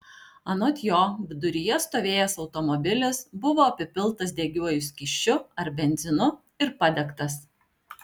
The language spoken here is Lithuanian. anot jo viduryje stovėjęs automobilis buvo apipiltas degiuoju skysčiu ar benzinu ir padegtas